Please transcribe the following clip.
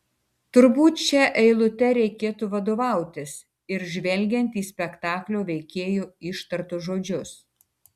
turbūt šia eilute reikėtų vadovautis ir žvelgiant į spektaklio veikėjų ištartus žodžius